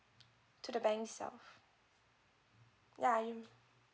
to the bank itself ya you